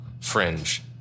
fringe